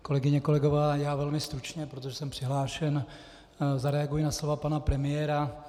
Kolegyně a kolegové, já velmi stručně, protože jsem přihlášen, zareaguji na slova pana premiéra.